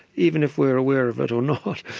even if we're aware of it or not,